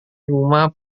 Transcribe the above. rumah